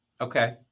Okay